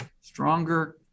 stronger